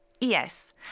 Yes